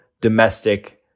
domestic